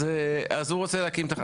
אז הוא רוצה להקים.